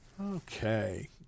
Okay